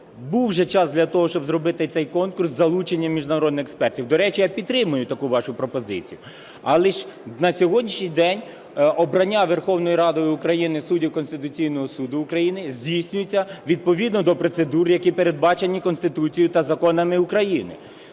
Був же час для того, щоб зробити цей конкурс із залученням міжнародних експертів. До речі, я підтримую, таку вашу пропозицію. Але ж на сьогоднішній день обрання Верховною Радою України суддів Конституційного Суду України здійснюється відповідно до процедур, які передбачені Конституцією та законами України,